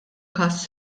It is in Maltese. każ